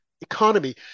economy